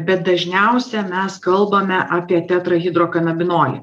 bet dažniausia mes kalbame apie tetrahidrokanabinolį